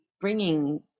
bringing